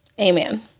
Amen